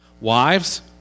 Wives